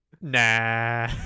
nah